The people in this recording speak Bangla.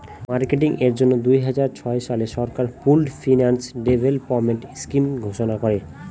মার্কেটিং এর জন্য দুই হাজার ছয় সালে সরকার পুল্ড ফিন্যান্স ডেভেলপমেন্ট স্কিম ঘোষণা করে